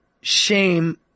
shame